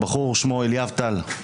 שמו אליאב טל,